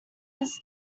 miss